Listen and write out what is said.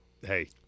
hey